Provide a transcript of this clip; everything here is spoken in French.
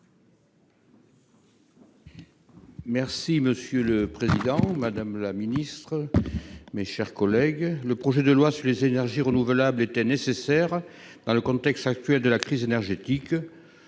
Merci monsieur le Président, Madame la Ministre, mes chers collègues, le projet de loi sur les énergies renouvelables, était nécessaire dans le contexte actuel de la crise énergétique